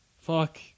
Fuck